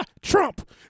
Trump